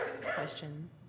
question